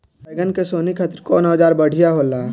बैगन के सोहनी खातिर कौन औजार बढ़िया होला?